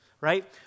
right